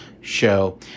show